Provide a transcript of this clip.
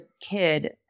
kid